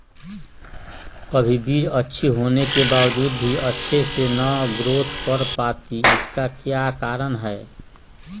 कभी बीज अच्छी होने के बावजूद भी अच्छे से नहीं ग्रोथ कर पाती इसका क्या कारण है?